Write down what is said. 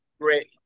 Great